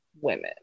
women